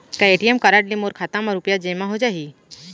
का ATM card ले मोर खाता म रुपिया जेमा हो जाही?